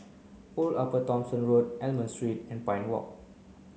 Old Upper Thomson Road Almond Street and Pine Walk